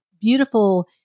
beautiful